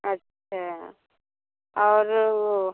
अच्छा और वह